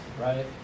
right